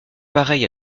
pareille